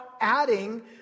adding